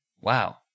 Wow